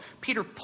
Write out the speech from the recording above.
Peter